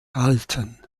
halten